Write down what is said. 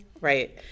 Right